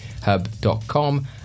hub.com